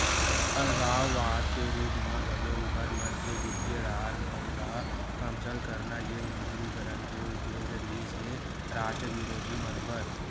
अलगाववाद के रुप म घलो उँखर मन के बित्तीय अधार मन ल कमसल करना ये विमुद्रीकरन के उद्देश्य रिहिस हे रास्ट बिरोधी मन बर